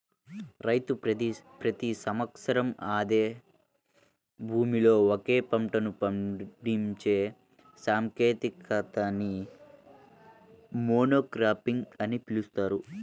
రైతు ప్రతి సంవత్సరం అదే భూమిలో ఒకే పంటను పండించే సాంకేతికతని మోనోక్రాపింగ్ అని పిలుస్తారు